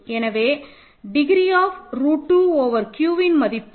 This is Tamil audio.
எனவே டிகிரி ஆப் ரூட் 2 ஓவர் Qன் மதிப்பு 2